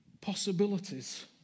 possibilities